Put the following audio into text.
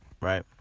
Right